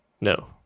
no